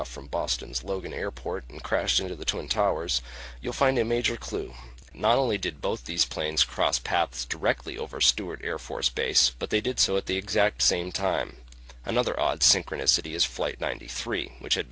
off from boston's logan airport and crashed into the twin towers you'll find a major clue not only did both these planes cross paths directly over stewart air force base but they did so at the exact same time another odd synchronicity is flight ninety three which had